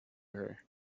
her